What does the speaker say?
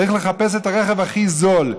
צריך לחפש את הרכב הכי זול,